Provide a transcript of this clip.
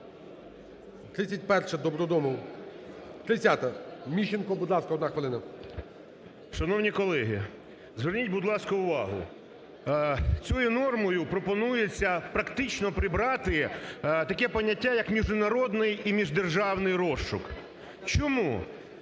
Шановні колеги, зверніть, будь ласка, увагу, цією нормою пропонується практично прибрати таке поняття як "міжнародний" і "міждержавний розшук". Чому?